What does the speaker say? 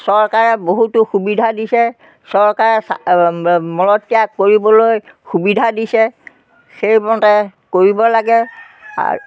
চৰকাৰে বহুতো সুবিধা দিছে চৰকাৰে মলত্যাগ কৰিবলৈ সুবিধা দিছে সেইমতে কৰিব লাগে আৰু